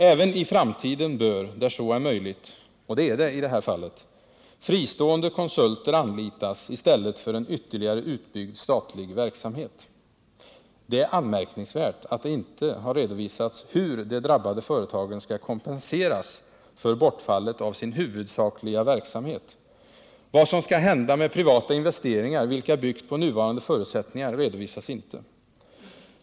Även i framtiden bör där så är möjligt — och det är det i detta fall — fristående konsulter anlitas i stället för en ytterligare utbyggd statlig verksamhet. Det är anmärkningsvärt att det inte har redovisats hur de drabbade företagen skall kompenseras för bortfallet av sin huvudsakliga verksamhet. Vad som skall hända med privata investeringar, vilka byggt på nuvarande förutsättningar, redovisas inte.